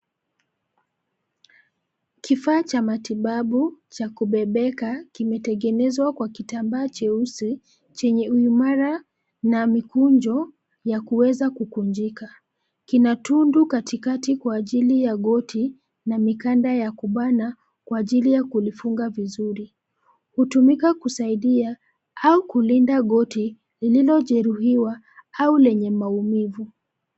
Kifaa cha matibabu cha kubebeka, kimetengenezwa kwa kitambaa cheusi, chenye uimara na mikunjo ya kuweza kukunjika. Kina tundu katikati kwa ajili ya goti na mikanda ya kubana kwa ajili ya kulifunga vizuri. Hutumika kusaidia au kulinda goti lililojeruhiwa au lenye maumivu.